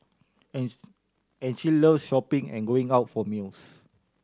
and and she loves shopping and going out for meals